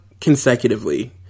consecutively